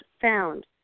found